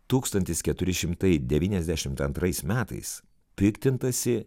tūkstantis keturi šimtai devyniasdešimt antrais metais piktintasi